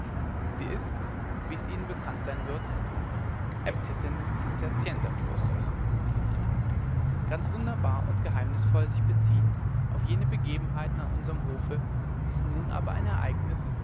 sie ist wie es ihnen bekannt sein wird äbtissin des zisterzienserklosters in ganz wunderbar und geheimnisvoll sich beziehend auf jene begebenheiten an unserm hofe ist nun aber ein ereignis